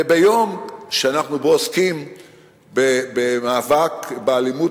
ביום שאנחנו עוסקים בו במאבק באלימות